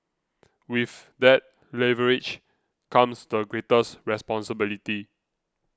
with that leverage comes the greatest responsibility